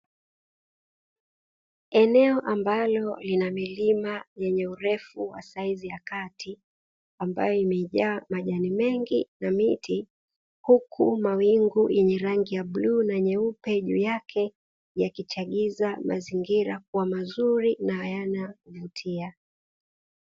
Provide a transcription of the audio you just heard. Eneo ambalo lina milima yenye urefu wa saizi ya kati ambayo imejaa majani mengi na miti huku mawingu yenye rangi ya bluu na nyeupe juu yake yakichagiza mazingira kuwa mazuri na yenye kuvutia.